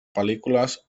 pel·lícules